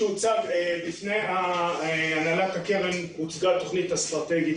בפני הנהלת הקרן הוצגה תוכנית אסטרטגית